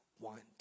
want